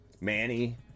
manny